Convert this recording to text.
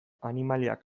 animaliak